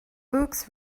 books